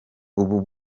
ubu